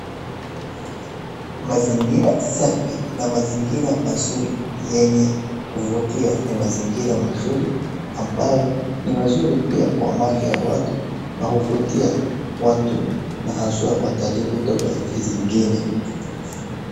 Mazingira safi na mazingira mazuri yenye kuvutia, ni mazingira mazuri ambayo ni mazuri pia kwa macho ya watu na huvuatia watu na haswaa watalii kutoka nchi zingine.